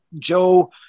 Joe